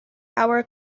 our